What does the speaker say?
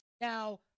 now